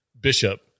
Bishop